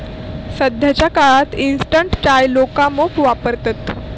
सध्याच्या काळात इंस्टंट चाय लोका मोप वापरतत